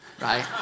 right